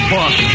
Boss